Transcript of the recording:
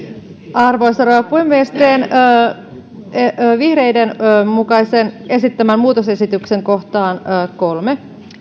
arvoisa rouva puhemies teen vihreiden esittämän muutosesityksen joka on vastalauseessa kolme